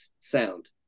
sound